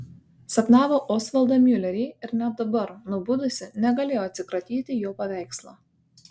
sapnavo osvaldą miulerį ir net dabar nubudusi negalėjo atsikratyti jo paveikslo